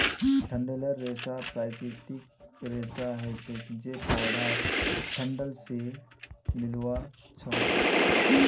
डंठलेर रेशा प्राकृतिक रेशा हछे जे पौधार डंठल से मिल्आ छअ